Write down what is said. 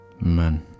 Man